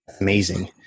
Amazing